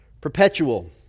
Perpetual